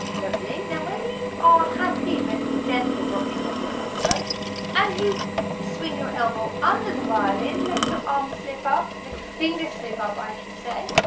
lovely now when you are happy with the gentle rocking of your elbow as you swing your elbow under the violin let your arm slip up let your fingers slip up i should say,